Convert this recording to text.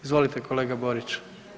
Izvolite kolega Borić.